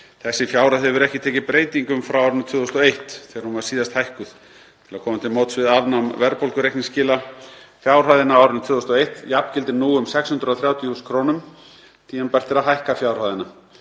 Þessi fjárhæð hefur ekki tekið breytingum frá árinu 2001 þegar hún var síðast hækkuð til að koma til móts við afnám verðbólgureikningsskila. Fjárhæðin á árinu 2001 jafngildir nú um 630.000 kr. Tímabært er að hækka fjárhæðina